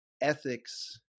ethics